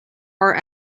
are